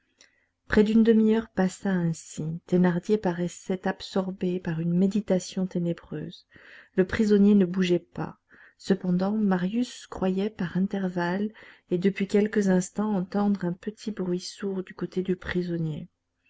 près d'une demi-heure passa ainsi thénardier paraissait absorbé par une méditation ténébreuse le prisonnier ne bougeait pas cependant marius croyait par intervalles et depuis quelques instants entendre un petit bruit sourd du côté du prisonnier